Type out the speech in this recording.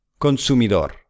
Consumidor